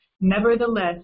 nevertheless